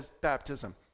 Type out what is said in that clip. baptism